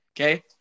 okay